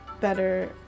better